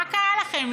מה קרה לכם?